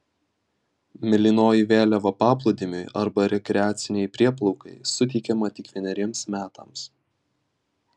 mėlynoji vėliava paplūdimiui arba rekreacinei prieplaukai suteikiama tik vieneriems metams